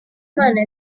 imana